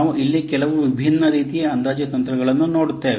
ನಾವು ಇಲ್ಲಿ ಕೆಲವು ವಿಭಿನ್ನ ರೀತಿಯ ಅಂದಾಜು ತಂತ್ರಗಳನ್ನು ನೋಡುತ್ತೇವೆ